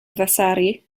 vasari